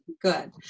Good